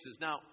Now